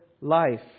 life